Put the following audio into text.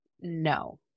no